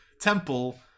temple